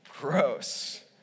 Gross